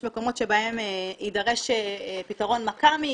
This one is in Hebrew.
יש מקומות שבהם יידרש פתרון מקר"מי,